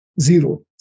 zero